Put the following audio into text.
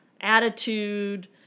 attitude